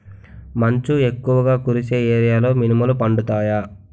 మంచు ఎక్కువుగా కురిసే ఏరియాలో మినుములు పండుతాయా?